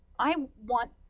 i want,